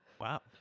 Wow